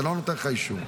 זה לא נותן לך אישור.